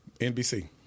NBC